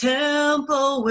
temple